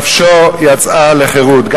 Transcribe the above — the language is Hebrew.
נפשו יצאה לחירות,